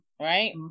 right